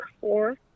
Four